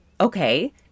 Okay